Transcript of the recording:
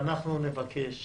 אנחנו נבקש